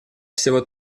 всего